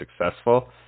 successful